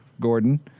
Gordon